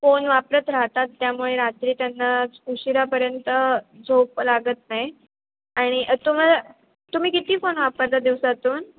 phone वापरत राहतात त्यामुळे रात्री त्यांनाच उशिरापर्यंत झोप लागत नाही आणि तुम्हाला तुम्ही किती फोन वापरता दिवसातून